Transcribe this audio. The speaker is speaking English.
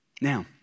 Now